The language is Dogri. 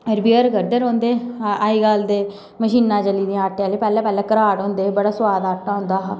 रिपेयर करदे रौंहदे अजकल ते मशनां चली दियां आटे आहली पैहलें पैहलें घराट होंदे हे बड़ा सुआद आटा होंदा हा